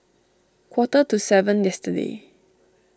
quarter to seven yesterday